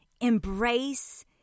embrace